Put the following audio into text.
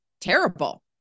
terrible